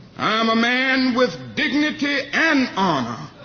i am a man with dignity and honor.